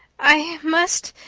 i must.